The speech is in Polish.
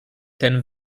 ten